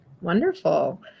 Wonderful